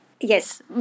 Yes